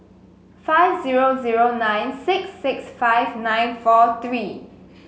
five zero zero nine six six five nine four three